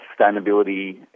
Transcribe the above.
sustainability